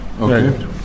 Okay